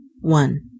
One